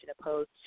opposed